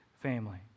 family